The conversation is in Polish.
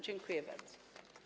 Dziękuję bardzo.